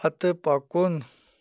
پتہٕ پکُن